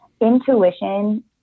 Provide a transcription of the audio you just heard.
intuition